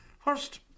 First